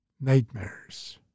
Nightmares